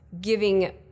giving